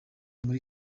muri